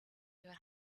your